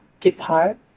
Depart